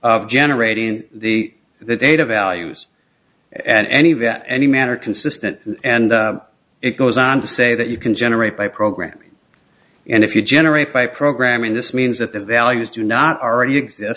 of generating the data values and any of that any manner consistent and it goes on to say that you can generate by program and if you generate by programming this means that the values do not already exist